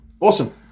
Awesome